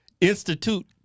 institute